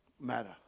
matter